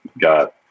got